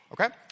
Okay